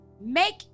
make